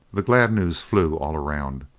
the glad news flew all around.